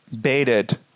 baited